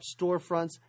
storefronts